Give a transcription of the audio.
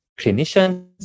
clinicians